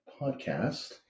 podcast